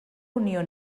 unió